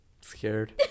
Scared